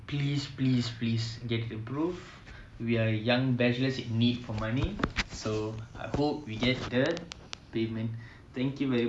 please please please get it approved we are young bachelors in need for money so I hope we get the payment thank you very much